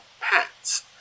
pets